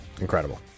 incredible